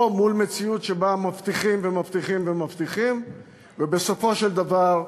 או מציאות שבה מבטיחים ומבטיחים ומבטיחים ובסופו של דבר,